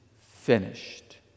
finished